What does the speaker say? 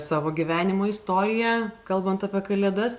savo gyvenimo istoriją kalbant apie kalėdas